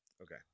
Okay